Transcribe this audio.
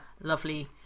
lovely